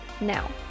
now